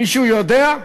מישהו יודע?